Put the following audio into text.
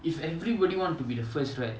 if everybody want to be the first right